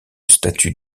statue